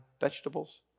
vegetables